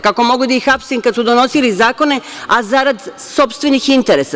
Kako mogu da ih hapsim kad su donosili zakone, a zarad sopstvenih interesa.